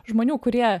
žmonių kurie